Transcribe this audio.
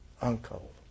uncle